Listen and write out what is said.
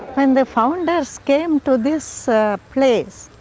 when the founders came to this place,